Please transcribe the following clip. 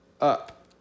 up